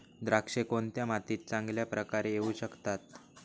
द्राक्षे कोणत्या मातीत चांगल्या प्रकारे येऊ शकतात?